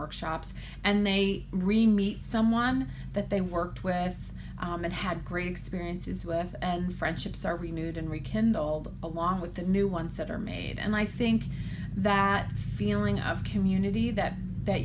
workshops and they re meet someone that they worked with and had great experiences with and friendships are renewed and rekindled along with the new ones that are made and i think that feeling of community that that